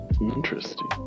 Interesting